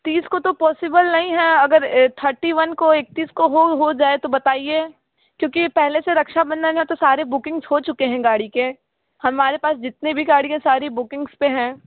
तीस को तो पौसिबल नहीं हैं अगर थर्टी वन को एकतीस को हो हो जाए तो बताइए क्योंकि पहले से रक्षाबंधन है तो सारे बुकिंग्स हो चुके हैं गाड़ी के हमारे पास जितने भी गाड़ी है सारी बुकिंग्स पर हैं